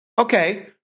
Okay